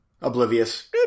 oblivious